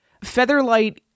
Featherlight